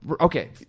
okay